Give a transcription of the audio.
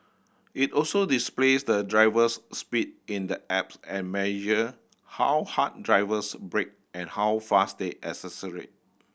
it also displays the driver's speed in the apps and measure how hard drivers brake and how fast they